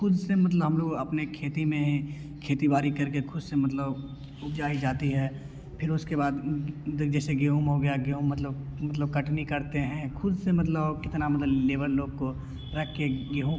ख़ुद से मतलब हम लोग अपने खेती में खेती बाड़ी करके ख़ुद से मतलब उपजाई जाती है फिर उसके बाद देख जैसे गेहूँ में हो गया गेहूँ मतलब मतलब कटनी करते हैं ख़ुद से मतलब और कितना मतलब लेबर लोग को रखके गेहूँ